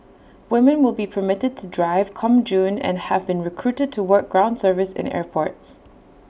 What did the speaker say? women will be permitted to drive come June and have been recruited to work ground service in the airports